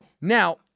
Now